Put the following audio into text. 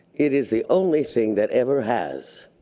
it is the only thing that ever has.